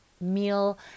meal